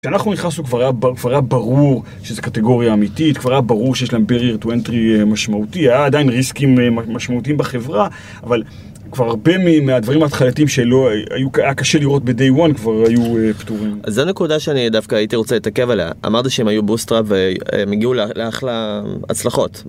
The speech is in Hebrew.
כשאנחנו נכנסנו כבר היה ברור שזו קטגוריה אמיתית, כבר היה ברור שיש להם barrier to entry משמעותי, היה עדיין ריסקים משמעותיים בחברה, אבל כבר הרבה מהדברים התחלתיים שהיה קשה לראות ב-day one כבר היו פתורים. זו נקודה שאני דווקא הייתי רוצה להתעכב עליה. אמרנו שהם היו bootstrap והם הגיעו לאחלה הצלחות.